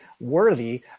worthy